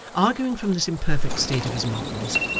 arguing from this imperfect state of his morals,